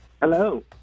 Hello